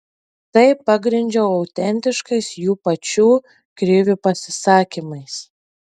tai pagrindžiau autentiškais jų pačių krivių pasisakymais